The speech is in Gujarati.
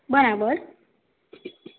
બરાબર